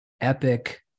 epic